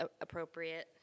appropriate